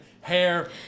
hair